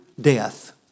death